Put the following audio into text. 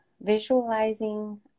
Visualizing